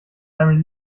deinem